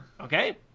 Okay